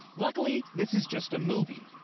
luckily, this is just a movie.